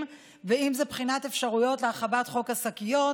ואם זה בחינת אפשרויות להרחבת חוק השקיות